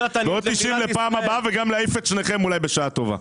90 לפעם הבאה וגם להעיף את שניכם אולי בשעה טובה.